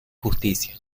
justicia